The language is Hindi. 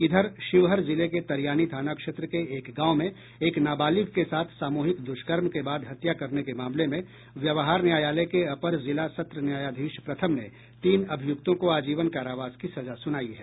इधर शिवहर जिले के तरियानी थाना क्षेत्र के एक गांव में एक नाबालिग के साथ सामूहिक दृष्कर्म के बाद हत्या करने के मामले में व्यवहार न्यायालय के अपर जिला सत्र न्यायाधीश प्रथम ने तीन अभियुक्तों को आजीवन कारावास की सजा सुनाई है